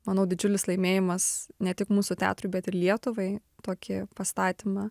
manau didžiulis laimėjimas ne tik mūsų teatrui bet ir lietuvai tokį pastatymą